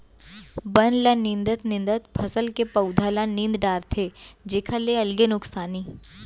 बन ल निंदत निंदत फसल के पउधा ल नींद डारथे जेखर ले अलगे नुकसानी